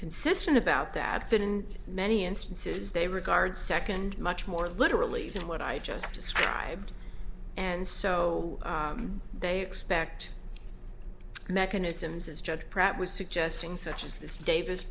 consistent about that but in many instances they regard second much more literally than what i just described and so they expect mechanisms as judge pratt was suggesting such as this davis